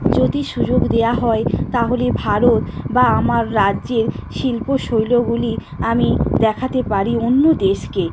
যদি সুযোগ দেওয়া হয় তাহলে ভারত বা আমার রাজ্যের শিল্প শৈলগুলি আমি দেখাতে পারি অন্য দেশকে